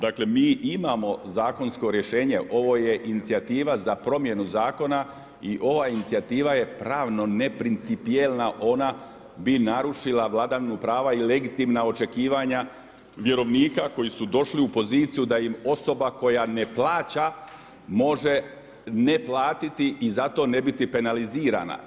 Dakle mi imamo zakonsko rješenje, ovo je inicijativa za promjenu zakona o ova inicijativa je pravno neprincipijelna, ona bi narušila vladavinu prava i legitimna očekivanja vjerovnika koji su došli u poziciju da im osoba koja ne plaća može ne platiti i zato ne biti penalizirana.